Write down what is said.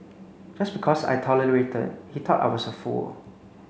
just because I tolerated he thought I was a fool